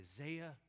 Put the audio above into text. Isaiah